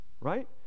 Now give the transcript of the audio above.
right